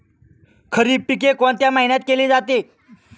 खरीप पिके कोणत्या महिन्यात केली जाते?